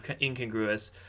incongruous